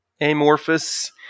amorphous